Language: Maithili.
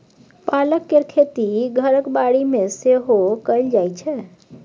पालक केर खेती घरक बाड़ी मे सेहो कएल जाइ छै